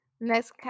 next